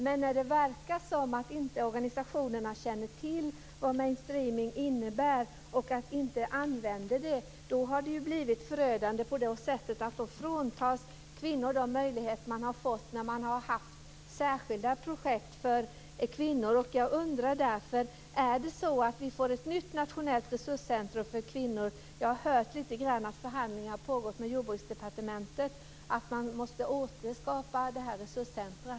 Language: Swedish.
Men när det verkar som att organisationerna inte känner till vad mainstreaming innebär och inte använder sig av det, då har det blivit förödande på det sättet att kvinnor har fråntagits de möjligheter som de har haft vid särskilda projekt för kvinnor. Jag undrar därför: Kommer vi att få ett nytt nationellt resurscentrum för kvinnor? Jag har hört att förhandlingar pågår med Jordbruksdepartementet om att man måste återskapa detta resurscentrum.